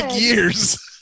years